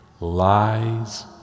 Lies